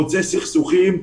חוצה סכסוכים.